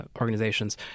organizations